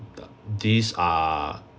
these are